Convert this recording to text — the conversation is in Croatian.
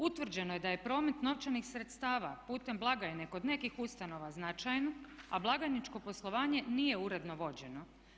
Utvrđeno je da je promet novčanih sredstava putem blagajne kod nekih ustanova značajan, a blagajničko poslovanje nije uredno vođeno.